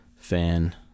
fan